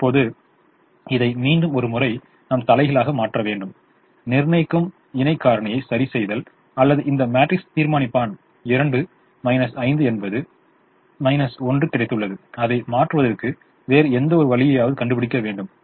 இப்போது இதை மீண்டும் ஒரு முறை நாம் தலைகீழாக மாற்ற வேண்டும் நிர்ணயிக்கும் இணை காரணியை சரிசெய்தல் அல்லது இந்த மேட்ரிக்ஸ் தீர்மானிப்பான் 2 5 என்பது ௩ கிடைத்துள்ளது அதை மாற்றுவதற்கு வேறு எந்த ஒரு வழியையாவது கண்டுபிடிக்க வேண்டும்